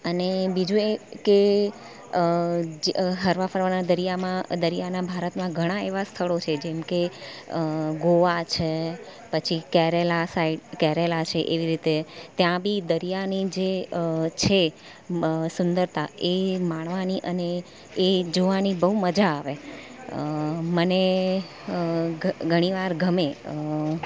અને બીજું એ કે હરવા ફરવાના દરિયામાં દરિયાના ભારતમાં ઘણાં એવાં સ્થળો છે કે જેમકે ગોવા છે પછી કેરેલા સાઇડ કેરેલા છે એવી રીતે ત્યાં બી દરિયાની જે સુંદરતા એ એ માણવાની અને એ જોવાની બહુ મજા આવે મને ઘણીવાર ગમે